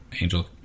Angel